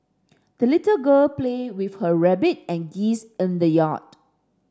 the little girl played with her rabbit and geese in the yard